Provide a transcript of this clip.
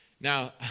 Now